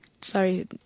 sorry